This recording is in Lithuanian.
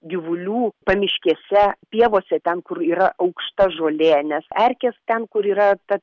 gyvulių pamiškėse pievose ten kur yra aukšta žolė nes erkės ten kur yra ta